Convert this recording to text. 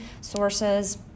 sources